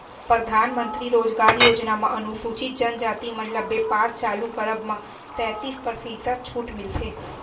परधानमंतरी रोजगार योजना म अनुसूचित जनजाति मन ल बेपार चालू करब म तैतीस परतिसत छूट मिलथे